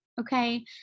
Okay